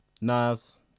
Nas